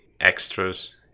extras